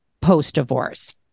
post-divorce